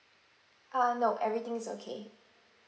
ah no everything is okay